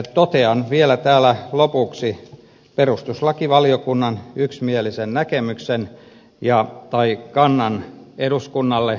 totean vielä täällä lopuksi perustuslakivaliokunnan yksimielisen kannan eduskunnalle